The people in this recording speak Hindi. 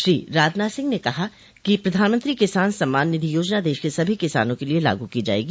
श्री राजनाथ सिंह ने कहा कि प्रधानमंत्री किसान सम्मान निधि योजना देश के सभी किसानों के लिए लागू की जाएगी